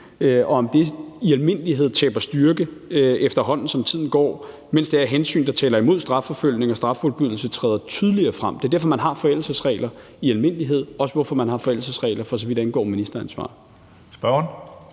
og om de i almindelighed taber styrke, efterhånden som tiden går, mens de hensyn, der taler imod strafforfølgning og straffuldbyrdelse, træder tydeligere frem. Det er derfor, man har forældelsesregler i almindelighed, og også derfor, man har forældelsesregler, for så vidt angår ministeransvar.